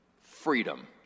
Freedom